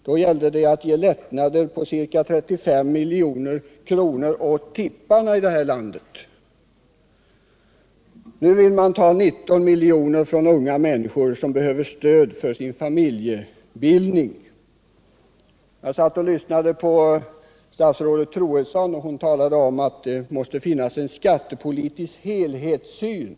Då gällde frågan att ge lättnader med ca 35 milj.kr. åt tipparna i det här landet, och nu vill man ta 19 milj.kr. från bosättningslånen till unga människor som behöver stöd till sin familjebildning. Jag satt också och lyssnade på statsrådet Troedsson när hon talade för att det måste finnas en skattepolitisk helhetssyn.